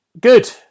Good